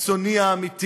הקיצוני האמיתי